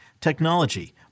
technology